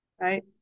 right